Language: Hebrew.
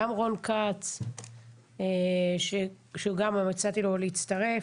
גם רון כץ שגם הצעתי לו להצטרף,